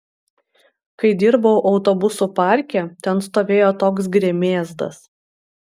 kai dirbau autobusų parke ten stovėjo toks gremėzdas